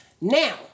Now